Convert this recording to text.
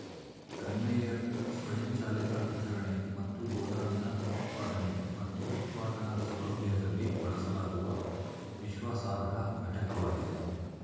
conveyor ಸ್ವಯಂಚಾಲಿತ ವಿತರಣೆ ಮತ್ತು ಗೋದಾಮಿನ ಉತ್ಪಾದನೆ ಮತ್ತು ಉತ್ಪಾದನಾ ಸೌಲಭ್ಯದಲ್ಲಿ ಬಳಸಲಾಗುವ ವಿಶ್ವಾಸಾರ್ಹ ಘಟಕವಾಗಿದೆ